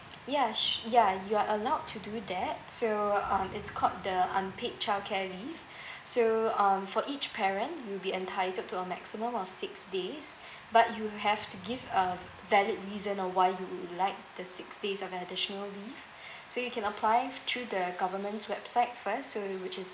ya s~ ya you are allowed to do that so um it's called the unpaid childcare leave so um for each parent you'll be entitled to a maximum of six days but you have to give a valid reason on why you would like the six days of additional leave so you apply through the government's website first so which is